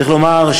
צריך לומר,